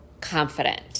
confident